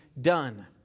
done